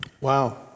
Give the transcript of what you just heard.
Wow